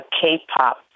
K-pop